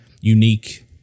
unique